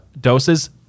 doses